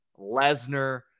Lesnar